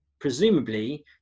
presumably